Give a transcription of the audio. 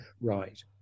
right